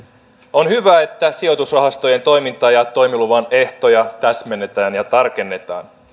on hyvä että sijoitusrahastojen toimintaa ja toimiluvan ehtoja täsmennetään ja tarkennetaan